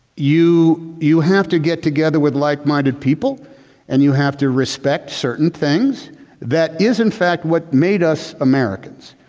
you you have to get together with like-minded people and you have to respect certain things that is in fact, what made us americans.